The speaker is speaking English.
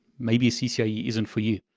maybe ccie isn't for you.